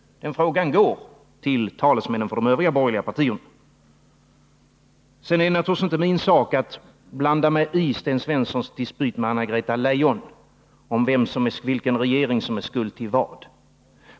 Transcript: Den frågan går till talesmännen för de övriga borgerliga partierna. Det är naturligtvis inte min sak att blanda migi Stens Svenssons dispyt med Anna-Greta Leijon om vilken regering som är skuld till vad.